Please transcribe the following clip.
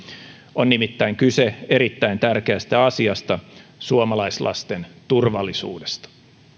on nimittäin kyse erittäin tärkeästä asiasta suomalaislasten turvallisuudesta